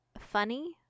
funny